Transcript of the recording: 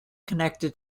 connected